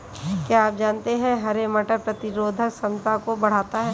क्या आप जानते है हरे मटर प्रतिरोधक क्षमता को बढ़ाता है?